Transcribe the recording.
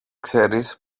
ξέρεις